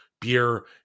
beer